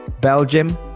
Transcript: belgium